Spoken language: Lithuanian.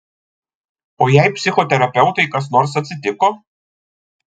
o jei psichoterapeutei kas nors atsitiko